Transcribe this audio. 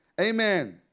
Amen